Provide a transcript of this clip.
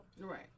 Right